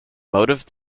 motive